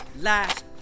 last